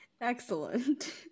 Excellent